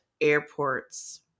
airports